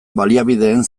baliabideen